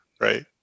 Right